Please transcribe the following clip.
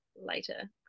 later